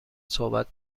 صحبت